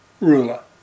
ruler